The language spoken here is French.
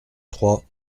trois